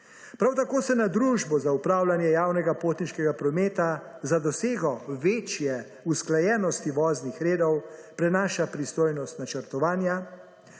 Prav tako se na družbo za upravljanje javnega potniškega prometa, za dosego večje usklajenosti voznih redov prenaša pristojnost načrtovanja,